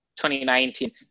2019